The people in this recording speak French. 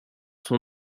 son